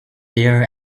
there